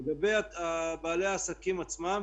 לגבי בעלי העסקים עצמם